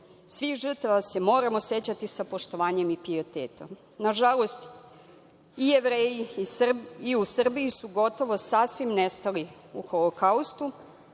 Svih žrtava se moramo sećati sa poštovanjem i pijetetom. Nažalost, i Jevreji u Srbiji su gotovo sasvim nestali u Holokaustu.